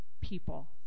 people